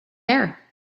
there